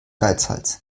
geizhals